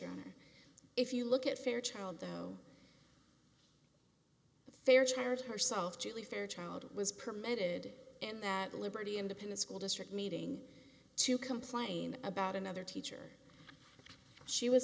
honor if you look at fairchild though fairchild herself julie fairchild was permitted in that liberty independent school district meeting to complain about another teacher she was